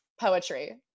poetry